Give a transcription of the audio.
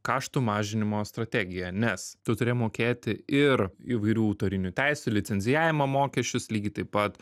kaštų mažinimo strategija nes tu turi mokėti ir įvairių autorinių teisių licencijavimo mokesčius lygiai taip pat